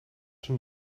schon